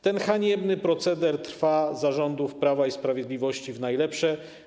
Ten haniebny proceder trwa za rządów Prawa i Sprawiedliwości w najlepsze.